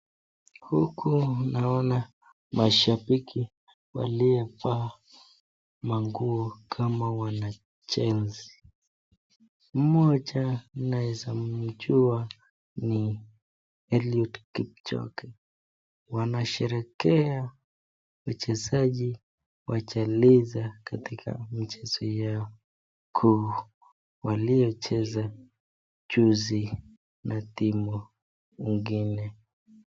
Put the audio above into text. Huku naona mashabiki waliovaa manguo kama wanajeshi. Mmoja naeza mjua ni Eliud Kipchoge. Wanasherehekea mchezaji wacheleza katika michezo yao waliyocheza juzi na timu ingine.